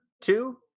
two